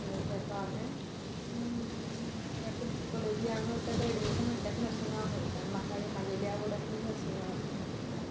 मागीर ताका हांवें हेका कॉलेजी हांगा तेका एडमिशन म्हणले ताका नर्सिंगा वोचो जाय आसलें म्हाका म्हागेली आवड आसली नर्सिंगा वचपाची धाडपा ताका